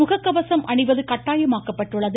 முககவசம் அணிவது கட்டாயமாக்கப்பட்டுள்ளது